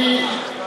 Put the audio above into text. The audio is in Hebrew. כנסת,